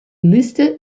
liste